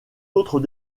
autres